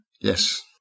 Yes